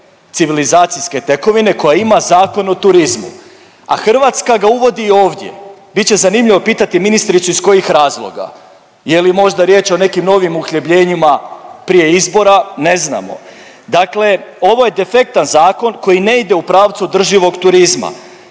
civilizacijske tekovine koja ima Zakon o turizmu, a Hrvatska ga uvodi ovdje. Bit će zanimljivo pitati ministricu iz kojih razloga, je li možda riječ o nekim novim uhljebljenjima prije izbora, ne znamo. Dakle, ovo je defektan zakon koji ne ide u pravcu održivog turizma.